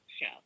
show